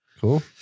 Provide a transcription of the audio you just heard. Cool